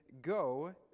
Go